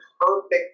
perfect